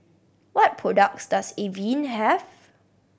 what products does Avene have